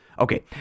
Okay